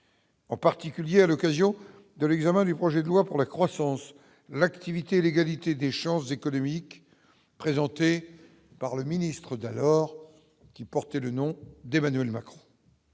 en particulier à l'occasion de l'examen du projet de loi pour la croissance, l'activité et l'égalité des chances économiques présenté par le ministre d'alors, qui portait le nom d'Emmanuel Macron,